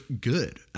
good